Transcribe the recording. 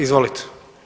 Izvolite.